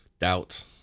Doubt